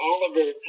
Oliver